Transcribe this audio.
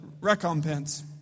recompense